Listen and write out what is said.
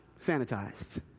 sanitized